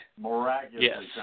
miraculously